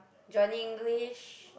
Johnny-English